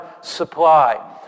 supply